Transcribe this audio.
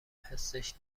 حسش